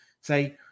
say